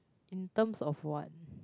in terms of what